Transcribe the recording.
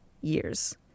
years